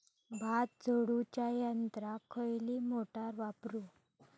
भात झोडूच्या यंत्राक खयली मोटार वापरू?